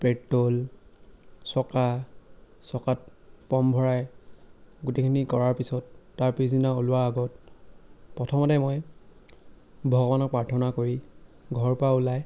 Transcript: petrol চকা চকাত pump ভৰাই গোটেইখিনি কৰাৰ পিছত তাৰ পিছদিনা উলোৱাৰ আগত প্ৰথমতে মই ভগৱানক প্ৰাৰ্থনা কৰি ঘৰৰ পৰা ওলাই